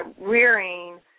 rearing